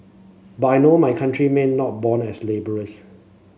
but I know my countrymen not born as labourers